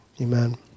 amen